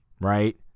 right